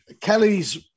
Kelly's